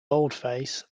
boldface